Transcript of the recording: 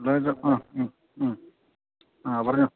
അ ആ ആ പറഞ്ഞോ